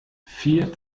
vier